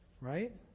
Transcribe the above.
Right